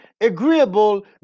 agreeable